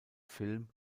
film